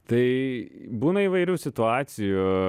tai būna įvairių situacijų